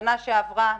בשנה שעברה,